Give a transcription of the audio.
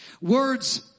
Words